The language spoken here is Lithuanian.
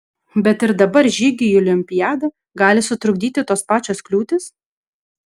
bet ir dabar žygiui į olimpiadą gali sutrukdyti tos pačios kliūtys